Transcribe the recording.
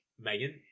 Megan